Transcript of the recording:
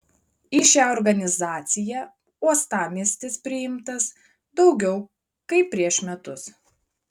į šią organizaciją uostamiestis priimtas daugiau kaip prieš metus